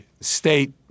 state